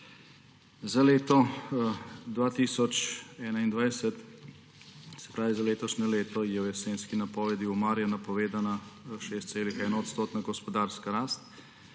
Za leto 2021, se pravi za letošnje leto je v jesenski napovedi Umarja napovedana 6,1-odstotna gospodarska rast.